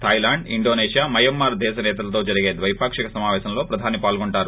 Thailand Indonesia Myanmar దేశ సేతలతో జరిగే ద్వెపాక్షిక సమావేశంలో ప్రధాని పాల్గొంటారు